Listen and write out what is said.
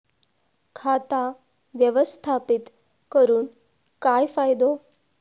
खाता व्यवस्थापित करून काय फायदो?